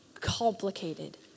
complicated